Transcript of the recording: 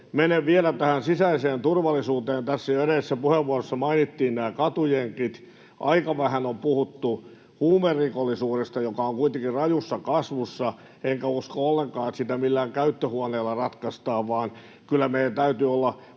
Menen vielä tähän sisäiseen turvallisuuteen: Tässä jo edellisessä puheenvuorossa mainittiin katujengit. Aika vähän on puhuttu huumerikollisuudesta, joka on kuitenkin rajussa kasvussa, enkä usko ollenkaan, että sitä millään käyttöhuoneilla ratkaistaan, vaan kyllä meillä täytyy olla